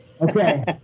Okay